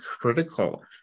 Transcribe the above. critical